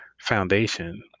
foundation